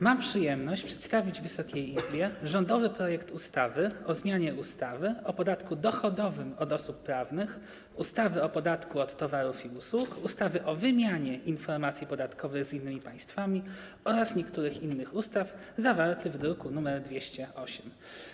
Mam przyjemność przedstawić Wysokiej Izbie rządowy projekt ustawy o zmianie ustawy o podatku dochodowym od osób prawnych, ustawy od podatku od towarów i usług, ustawy o wymianie informacji podatkowej z innymi państwami oraz niektórych innych ustaw zawarty w druku nr 208.